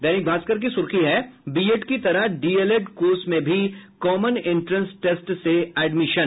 दैनिक भास्कर की सुर्खी है बीएड की तरह डीएलएड कोर्स में भी कॉमन इंट्रेस टेस्ट से एडमिशन